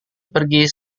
pergi